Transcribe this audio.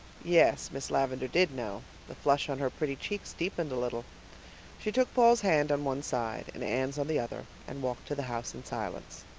yes, miss lavendar did know the flush on her pretty cheeks deepened a little she took paul's hand on one side and anne's on the other and walked to the house in silence.